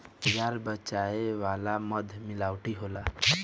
बाजार बेचाए वाला मध मिलावटी होला